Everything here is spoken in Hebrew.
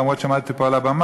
אף שעמדתי פה על הבמה,